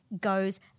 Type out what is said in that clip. goes